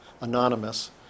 anonymous